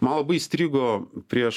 man labai įstrigo prieš